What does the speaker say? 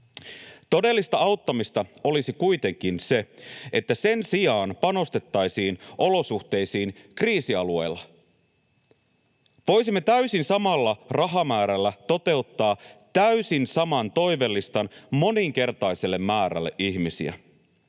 Todellista auttamista olisi kuitenkin se, että sen sijaan panostettaisiin olosuhteisiin kriisialueilla. Voisimme täysin samalla rahamäärällä toteuttaa täysin saman toivelistan moninkertaiselle määrälle ihmisiä.